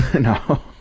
No